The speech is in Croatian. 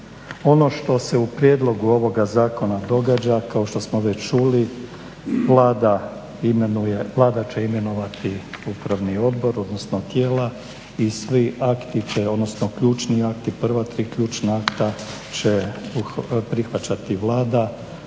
Ono što se u prijedlogu ovoga zakona događa, kao što smo već čuli, Vlada će imenovati upravni odbor, odnosno tijela i svi akti će, odnosno ključni akti, prva tri ključna akta će prihvaćati Vlada